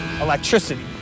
Electricity